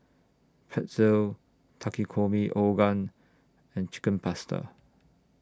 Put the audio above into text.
Pretzel Takikomi and Chicken Pasta